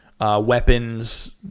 Weapons